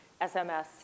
SMS